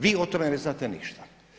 Vi o tome ne znate ništa.